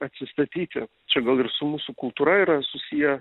atsistatyti čia gal ir su mūsų kultūra yra susiję